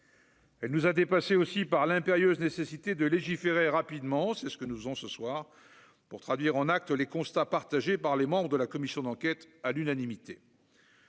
Elle nous a dépassés aussi par l'impérieuse nécessité de légiférer rapidement, c'est ce que nous faisons ce soir pour traduire en actes les constats partagés par les membres de la commission d'enquête à l'unanimité.